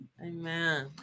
amen